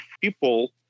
people